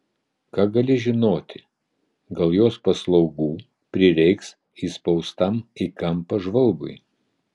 ką gali žinoti gal jos paslaugų prireiks įspaustam į kampą žvalgui